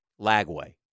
Lagway